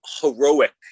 heroic